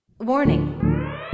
Warning